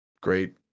great